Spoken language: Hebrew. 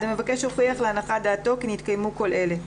המבקש הוכיחו לו, להנחת דעתו, כי נתקיימו כל אלה: